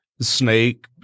Snake